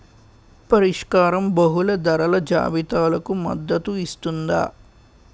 పరిష్కారం బహుళ ధరల జాబితాలకు మద్దతు ఇస్తుందా?